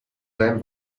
seinem